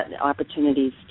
opportunities